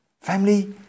Family